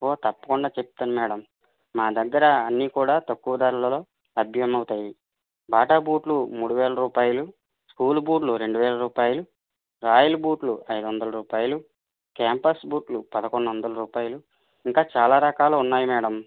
ఓ తప్పకుండా చెప్తాను మేడం నా దగ్గర అన్ని కూడా తక్కువ ధరలలో లభ్యమవుతాయి బాట బూట్లు మూడువేల రూపాయలు స్కూల్ బూట్లు రెండు వేల రూపాయలు రాయల్ బూట్లు ఐదు వందల రూపాయలు క్యాంపస్ బూట్లు పదకొండు వందల రూపాయలు ఇంకా చాలా రకాలు ఉన్నాయి మేడం